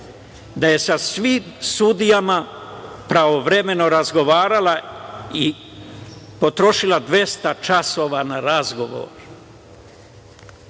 da je sa svim sudijama pravovremeno razgovarala i potrošila 200 časova na razgovor.